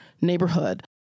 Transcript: neighborhood